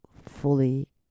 fully